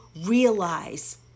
realize